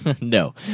No